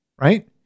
right